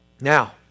Now